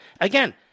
Again